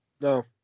No